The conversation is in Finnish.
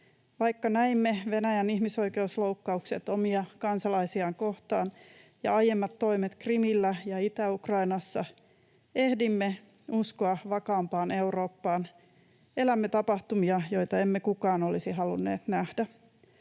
Vaikka näimme Venäjän ihmisoikeusloukkaukset omia kansalaisiaan kohtaan ja aiemmat toimet Krimillä ja Itä-Ukrainassa, ehdimme uskoa vakaampaan Eurooppaan. Elämme tapahtumia, joita emme kukaan olisi halunneet nähdä.